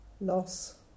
loss